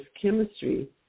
chemistry